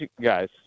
guys